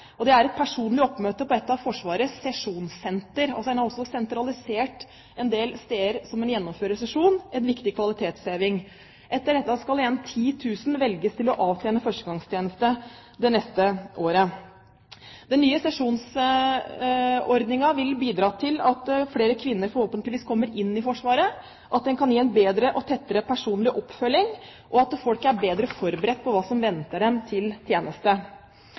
Det er et personlig oppmøte på et av Forsvarets sesjonssenter. Man har altså sentralisert det til en del steder hvor man gjennomfører sesjonen – en viktig kvalitetsheving. Etter dette skal igjen 10 000 velges til å avtjene førstegangstjeneste det neste året. Den nye sesjonsordningen vil bidra til at forhåpentligvis flere kvinner kommer inn i Forsvaret, at en kan gi en bedre og tettere personlig oppfølging, og at folk er bedre forberedt på hva som venter en i tjenesten. Så har jeg lyst til